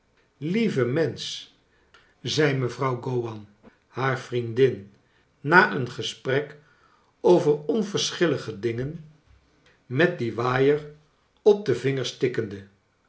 lievo mensch zei mevrouw gowan haar vriendin na een gesprek over onverschillige dingen met dien waaier op de vingers tikkende